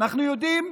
אנחנו יודעים,